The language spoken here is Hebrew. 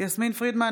יסמין פרידמן,